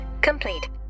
complete